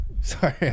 sorry